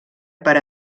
per